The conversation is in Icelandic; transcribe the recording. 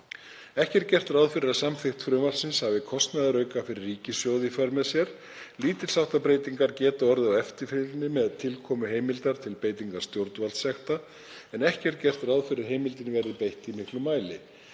Ekki er gert ráð fyrir að samþykkt frumvarpsins hafi kostnaðarauka fyrir ríkissjóð í för með sér. Lítils háttar breytingar geta orðið á eftirfylgni með tilkomu heimildar til beitingar stjórnvaldssekta en ekki er gert ráð fyrir að heimildinni verði beitt í miklum mæli.